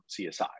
CSI